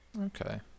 okay